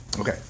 Okay